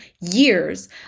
years